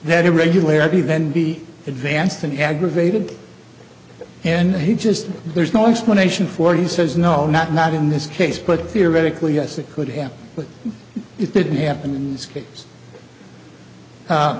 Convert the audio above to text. that irregularity then be advanced and aggravated and he just there's no explanation for he says no not not in this case but theoretically yes it could happen but it didn't happen in this case